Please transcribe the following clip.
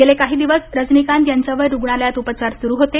गेले काही दिवस रजनीकांत यांच्यावर रुग्णालयात उपचार सुरु होते